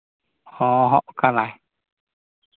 ᱦᱚᱸ ᱦᱚᱸᱜ ᱠᱟᱱᱟᱭ